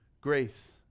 grace